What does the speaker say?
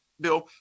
Bill